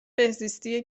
بهزیستی